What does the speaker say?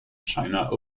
china